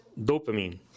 dopamine